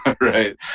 right